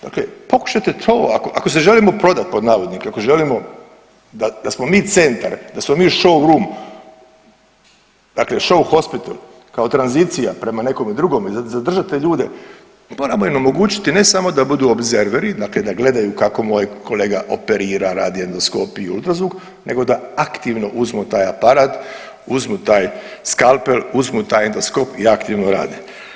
Dakle pokušajte to, ako se želimo prodati, pod navodnike, ako želimo da smo mi centar, da smo mi show room, dakle show hospital, kao tranzicija prema nekome drugome, zadržati te ljude, moramo im omogućiti ne samo da budu obzerveri, dakle da gledaju kako moj kolega operira, radi endoskopiju, UZV, nego da aktivno uzmu taj aparat, uzmu taj skalpel, uzmu taj endoskop i aktivno rade.